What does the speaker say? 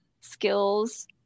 skills